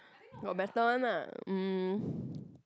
got better one ah